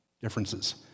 differences